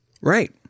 Right